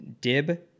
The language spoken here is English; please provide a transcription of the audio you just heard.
Dib